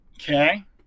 Okay